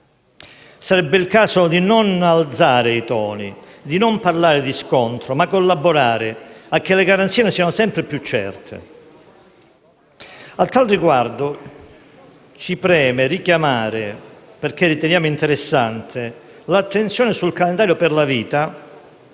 Sarebbe il caso di non alzare i toni, di non parlare di scontro, ma collaborare affinché le garanzie siano sempre più certe. A tal riguardo ci preme richiamare - perché lo riteniamo interessante - l'attenzione sul calendario per la vita